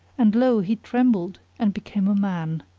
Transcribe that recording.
and lo! he trembled and became a man.